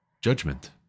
judgment